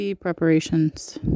preparations